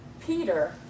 Peter